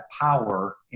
power